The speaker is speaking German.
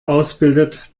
ausbildet